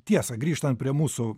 tiesa grįžtant prie mūsų